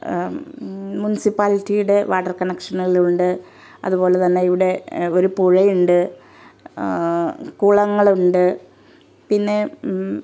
മുൻസിപ്പാലിറ്റിയുടെ water connection എല്ലാം ഉണ്ട് അതുപോലെ തന്നെ ഇവിടെ ഒരു പുഴയുണ്ട് കുളങ്ങളുണ്ട് പിന്നെ